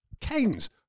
canes